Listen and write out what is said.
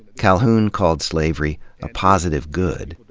calhoun called slavery a positive good,